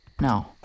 no